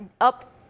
up